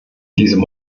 diesem